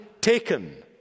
taken